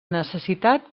necessitat